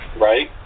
Right